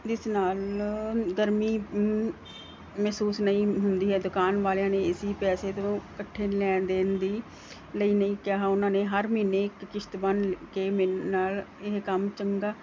ਜਿਸ ਨਾਲ ਗਰਮੀ ਮਹਿਸੂਸ ਨਹੀਂ ਹੁੰਦੀ ਹੈ ਦੁਕਾਨ ਵਾਲਿਆਂ ਨੇ ਏ ਸੀ ਪੈਸੇ ਤੋਂ ਇਕੱਠੇ ਲੈਣ ਦੇਣ ਦੀ ਲਈ ਨਹੀਂ ਕਿਹਾ ਉਹਨਾਂ ਨੇ ਹਰ ਮਹੀਨੇ ਇੱਕ ਕਿਸ਼ਤ ਬੰਨ ਕੇ ਮੇਰੇ ਨਾਲ ਇਹ ਕੰਮ ਚੰਗਾ